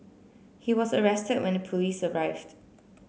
he was arrested when the police arrived